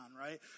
right